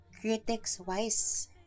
critics-wise